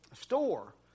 store